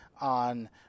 on